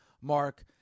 Mark